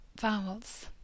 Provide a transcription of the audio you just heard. vowels